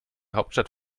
hauptstadt